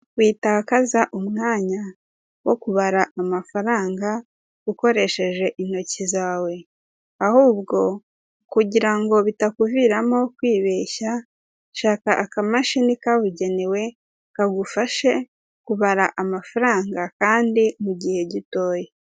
Witakaza umwanya wo kubara amafaranga ukoresheje intoki zawe, ahubwo kugira bitakuviramo kwibeshya, shaka akamashini kabugenewe kagufashe kubara amafaranga kandi mu gihe gitoya.